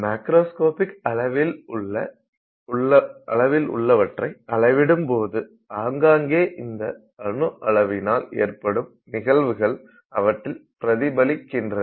macroscopic அளவில் உள்ளவற்றை அளவிடும் போது ஆங்காங்கே இந்த அணு அளவினால் ஏற்படும் நிகழ்வுகள் அவற்றில் பிரதிபலிக்கின்றன